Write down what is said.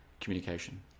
communication